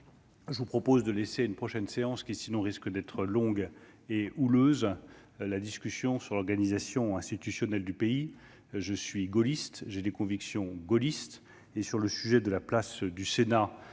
je vous propose de laisser à une prochaine séance, qui risque d'être longue et houleuse, la discussion sur l'organisation institutionnelle du pays. Je suis gaulliste, j'ai des convictions gaullistes et, en ce qui concerne la place du Sénat